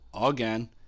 again